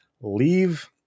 leave